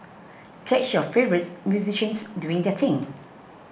catch your favourites musicians doing their thing